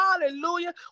Hallelujah